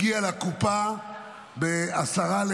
הגיע לקופה ב-22:50,